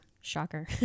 shocker